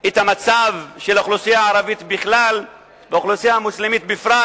את המצב של האוכלוסייה הערבית בכלל והאוכלוסייה המוסלמית בפרט.